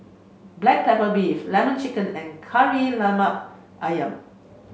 black pepper beef lemon chicken and Kari Lemak Ayam